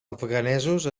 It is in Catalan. afganesos